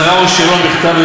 הצהרה או שאלון בכתב,